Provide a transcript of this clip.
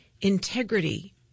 integrity